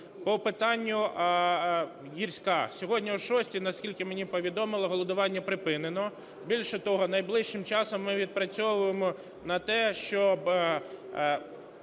По питанню "Гірська". Сьогодні о шостій, наскільки мені повідомили, голодування припинено. Більше того, найближчим часом ми відпрацьовуємо на те, щоб